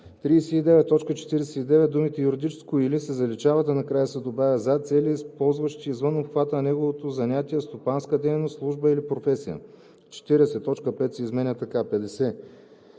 т. 49 думите „юридическо или“ се заличават, а накрая се добавя „за цели, излизащи извън обхвата на неговото занятие, стопанска дейност, служба или професия“. 40. Точка 50 се изменя така: „50.